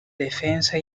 defensa